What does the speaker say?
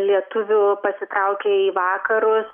lietuvių pasitraukė į vakarus